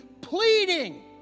pleading